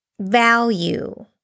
value